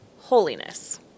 holiness